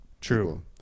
True